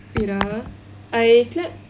wait ah I clap